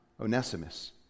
Onesimus